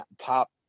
top